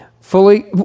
fully